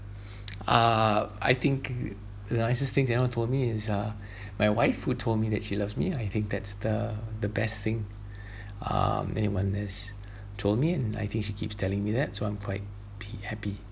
uh I think the the nicest things anyone told me is uh my wife who told me that she loves me I think that's the the best thing um then told me and I think she keeps telling me that so I'm quite p~ happy